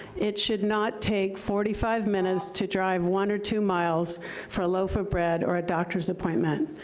it should not take forty five minutes to drive one or two miles for a loaf of bread or a doctor's appointment.